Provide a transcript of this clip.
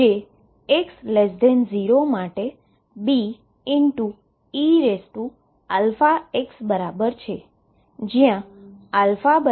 જે x0 માટે Beαx બરાબર છે